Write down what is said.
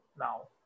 Now